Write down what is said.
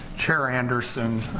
chair anderson,